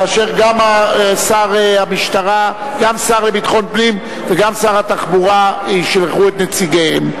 כאשר גם השר לביטחון פנים וגם שר התחבורה ישלחו את נציגיהם.